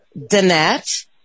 Danette